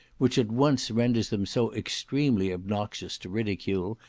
which at once renders them so extremely obnoxious to ridicule,